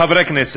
חברי הכנסת,